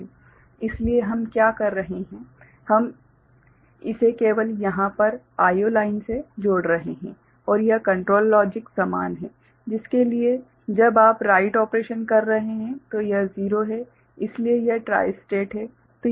इसलिए हम यहां क्या कर रहे हैं हम इसे केवल यहां पर IO लाइन से जोड़ रहे हैं और यह कंट्रोल लॉजिक समान है जिसके लिए जब आप राइट ऑपरेशन कर रहे हैं तो यह 0 है इसलिए यह ट्राई स्टेट है